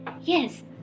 Yes